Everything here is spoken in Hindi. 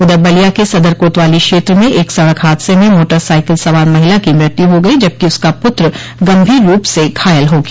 उधर बलिया के सदर कोतवाली क्षेत्र में एक सड़क हादसे में मोटरसाइकिल सवार महिला की मृत्यु हो गई जबकि उसका पुत्र गंभीर रूप से घायल हो गया